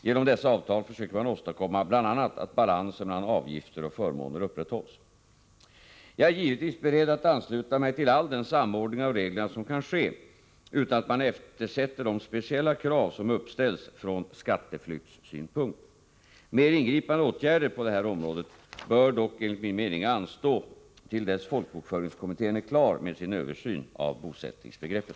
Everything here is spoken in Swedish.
Genom dessa avtal försöker man åstadkomma bl.a. att balansen mellan avgifter och förmåner upprätthålls. Jag är givetvis beredd att ansluta mig till all den samordning av reglerna som kan ske utan att man eftersätter de speciella krav som uppställs från skatteflyktssynpunkt. Mer ingripande åtgärder på detta område bör dock enligt min mening anstå till dess folkbokföringskommittén är klar med sin översyn av bosättningsbegreppet.